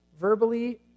verbally